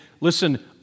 listen